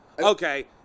okay